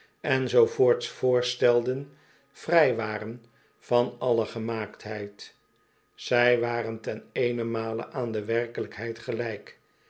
en zoo voorts voorstelden vrij waren van alle gemaaktheid zij waren ten eenenmale aan de werkelijkheid gelijk